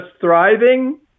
thriving